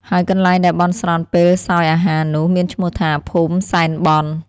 ហើយកន្លែងដែលបន់ស្រន់ពេលសោយអាហារ នោះ មានឈ្មោះថា ភូមិសែនបន់។